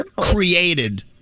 created